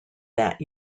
that